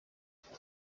nibwo